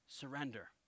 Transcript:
surrender